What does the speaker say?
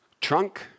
trunk